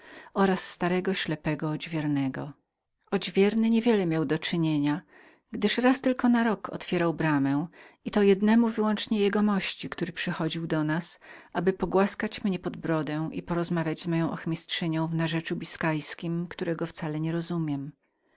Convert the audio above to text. i starego ślepego odźwiernego odźwierny nie wiele miał do czynienia gdyż raz tylko na rok otwierał bramę i to jednemu wyłącznie jegomości który przychodził do nas aby pogłaskać mnie pod brodę i rozmawiać z moją ochmistrzynią w narzeczu biskajskiem którego ja wcale nierozumiem